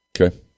Okay